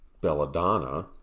Belladonna